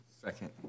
Second